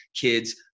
kids